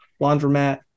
laundromat